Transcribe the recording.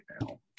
now